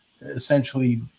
essentially